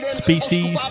species